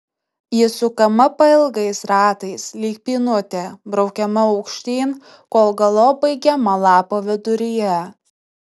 ji sukama pailgais ratais lyg pynutė braukiama aukštyn kol galop baigiama lapo viduryje